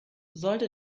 sollte